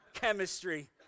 Chemistry